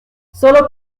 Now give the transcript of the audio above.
solo